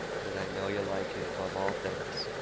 because i know yeh like it above all things.